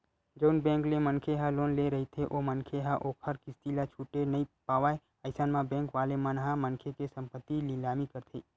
जउन बेंक ले मनखे ह लोन ले रहिथे ओ मनखे ह ओखर किस्ती ल छूटे नइ पावय अइसन म बेंक वाले मन ह मनखे के संपत्ति निलामी करथे